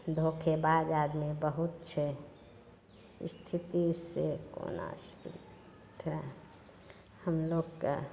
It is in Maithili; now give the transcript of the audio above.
धोखेबाज आदमी बहुत छै स्थिति से कोना कए हमलोगके